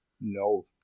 No